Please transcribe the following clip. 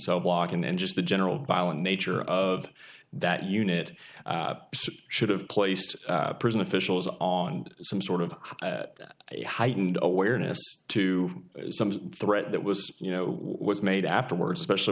so walk in and just the general violent nature of that unit should have placed prison officials on some sort of at a heightened awareness to some threat that was you know was made afterwards especially